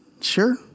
Sure